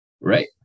Right